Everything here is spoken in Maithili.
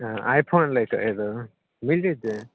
हँ आइ फोन लैके रहै तऽ मिल जेतै